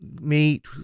meet